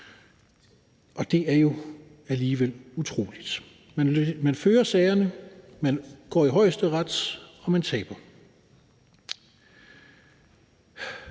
og det er jo alligevel utroligt. Man fører sagerne, man går i Højesteret, og man taber.